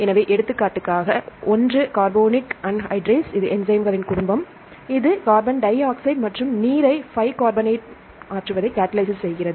எனவே எடுத்துகாட்டுக்காக ஒன்று கார்போனிக் அன்ஹைட்ரேஸ் இது என்சைம்களின் குடும்பம் இது கார்பன் டை ஆக்சைடு மற்றும் நீரை பைகார்பனேட்டுக்கு மாற்றுவதை காட்டலிஸ் செய்கிறது